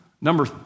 number